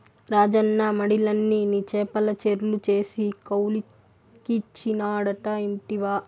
రాజన్న మడిలన్ని నీ చేపల చెర్లు చేసి కౌలుకిచ్చినాడట ఇంటివా